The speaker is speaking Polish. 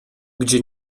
gdzie